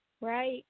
Right